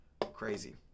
Crazy